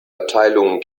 abteilungen